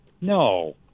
no